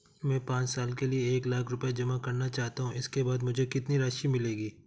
मैं पाँच साल के लिए एक लाख रूपए जमा करना चाहता हूँ इसके बाद मुझे कितनी राशि मिलेगी?